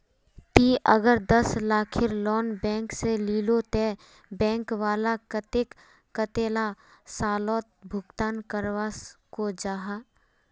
ती अगर दस लाखेर लोन बैंक से लिलो ते बैंक वाला कतेक कतेला सालोत भुगतान करवा को जाहा?